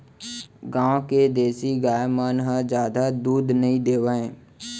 गॉँव के देसी गाय मन ह जादा दूद नइ देवय